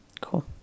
cool